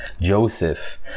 joseph